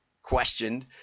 questioned